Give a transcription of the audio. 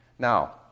Now